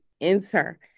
enter